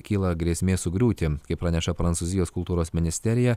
kyla grėsmė sugriūti kaip praneša prancūzijos kultūros ministerija